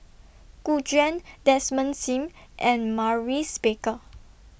Gu Juan Desmond SIM and Maurice Baker